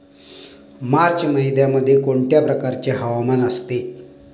मार्च महिन्यामध्ये कोणत्या प्रकारचे हवामान असते?